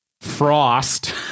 frost